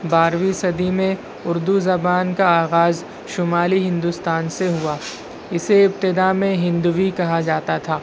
بارویں صدی میں اردو زبان کا آغاز شمالی ہندوستان سے ہوا اسے ابتداء میں ہندوی کہا جاتا تھا